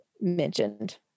mentioned